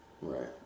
Right